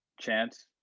chance